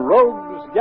Rogue's